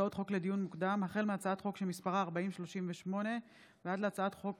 הצעות חוק לדיון מוקדם, החל מהצעת חוק